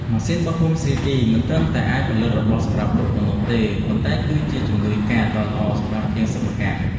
ម៉ាស៊ីនបោះពុម្ព 3D មិនត្រឹមតែអាចផលិតរបស់សម្រាប់លក់ប៉ុណ្ណោះទេ ប៉ុន្តែ គឺ ជាជំនួយការដ៏ល្អសម្រាប់ជាងសិប្បកម្ម។